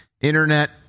internet